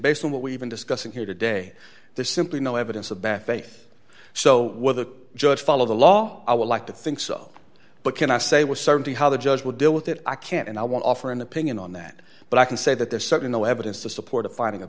based on what we've been discussing here today there's simply no evidence of bad faith so whether judge follow the law i would like to think so but can i say with certainty how the judge would deal with it i can't and i want to offer an opinion on that but i can say that there's certainly no evidence to support a finding a